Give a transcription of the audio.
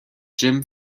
jim